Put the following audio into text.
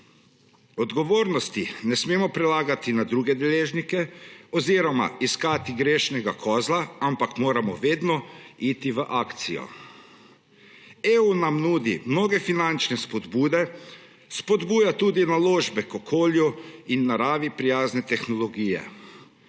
Odgovornosti ne smemo prelagati na druge deležnike oziroma iskati grešnega kozla, ampak moramo vedno iti v akcijo. Evropska unija nam nudi mnoge finančne spodbude, spodbuja tudi naložbe v okolju in naravi prijazne tehnologije.